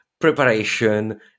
Preparation